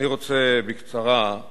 אני רוצה להסביר